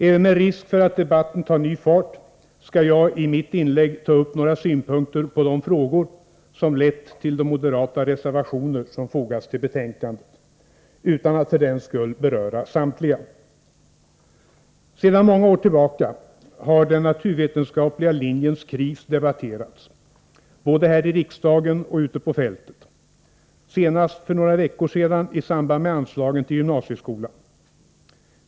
Även med risk för att debatten tar ny fart skall jag i mitt inlägg ta upp några synpunkter på de frågor som lett till de moderata reservationer som fogats till betänkandet, utan att för den skull beröra samtliga. Sedan många år tillbaka har den naturvetenskapliga linjens kris debatterats både här i riksdagen och ute på fältet — senast för några veckor sedan i samband med anslagen till gymnasieskolan.